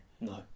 No